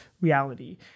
reality